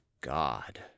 god